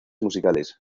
musicales